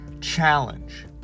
challenge